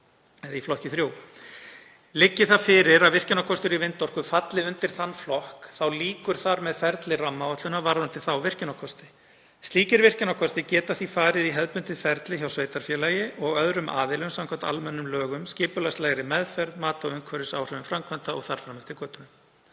svæði í flokki 3. Liggi það fyrir að virkjunarkostur í vindorku falli undir þann flokk þá lýkur þar með ferli rammaáætlunar varðandi þá virkjunarkosti. Slíkir virkjunarkostir geta því farið í hefðbundið ferli hjá sveitarfélagi og öðrum aðilum samkvæmt almennum lögum, skipulagslegri meðferð, mati á umhverfisáhrifum framkvæmda og þar fram eftir götunum.